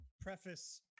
preface